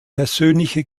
persönliche